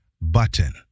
button